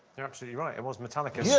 you're absolutely right. it was metallica. yes!